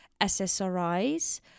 SSRIs